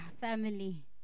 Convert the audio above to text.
family